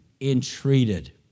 entreated